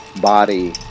body